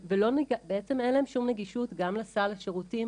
ובעצם אין להם שום נגישות גם לסל השירותים